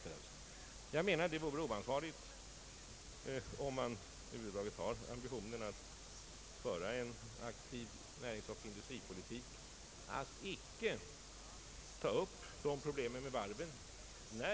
Jag menar att det, om man över huvud taget har ambitionen att föra en aktiv näringsoch industripolitik, vore oansvarigt att icke ta upp dessa problem med varven.